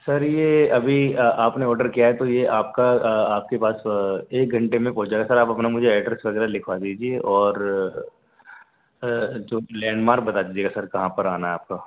سر یہ ابھی آپ نے آڈر کیا ہے تو یہ آپ کا آپ کے پاس ایک گھنٹے میں پہنچ جائے گا سر آپ اپنا مجھے ایڈریس وغیرہ لِکھوا دیجیے اور جو لینڈ مارک بتا دیجیے گا سر کہاں پر آنا ہے آپ کا